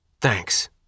Thanks